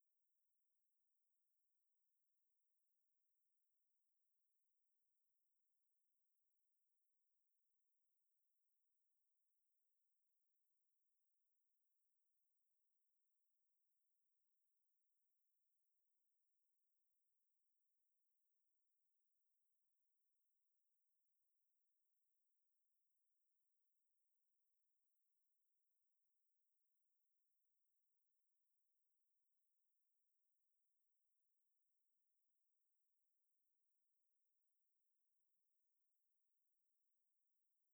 A kʊli fa dani dagə ma’ nyam twilai mika da wɔ mə kɔ a kwama go gəmimi mə suwale mə mi n su adinə tikali kwaamai n gungo yɔ yaja sulgən nəngɔ mə guni a ee kum məndi kasuwa go tal mə dam akan nyi nɔng nəngo mamɔ mm nəngo dela bɨ nəngɔ ja ywaimə be lɔi mə kɔle la kebo tikali kwaamai a jəgi mə ma jeltəmni nyi na kwashi məndi a fʊlɔ.